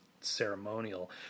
ceremonial